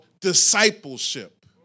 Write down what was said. discipleship